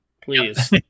please